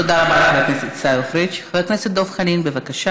תודה רבה לחבר הכנסת עיסאווי פריג'.